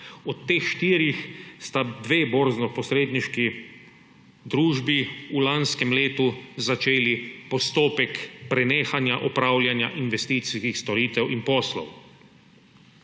Od teh štirih sta dve borznoposredniško družbi v lanskem letu začeli postopek prenehanja opravljanja investicijskih storitev in poslov.